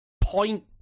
point